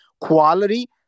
quality